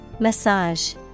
Massage